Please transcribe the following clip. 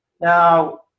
Now